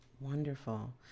Wonderful